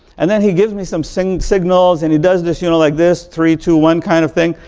and then he gives me some some signals and he does this, you know, like this, three, two, one kind of thing.